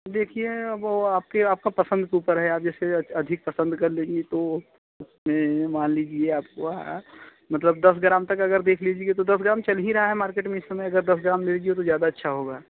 देखिए वह आपके आपकी पसंद के ऊपर है आज जैसे अधिक पसंद कर लेंगे तो उसमें मान लीजिए आपको मतलब दस ग्राम तक अगर देख लीजिए तो दस ग्राम चल ही रहा है मार्किट में इस समय दस ग्राम में लेंगी तो ज़्यादा अच्छा होगा